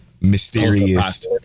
mysterious